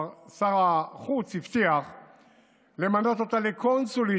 שר החוץ כבר הבטיח למנות אותה לקונסולית,